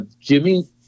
Jimmy